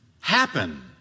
happen